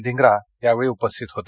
धिंग्रा यावेळी उपस्थित होते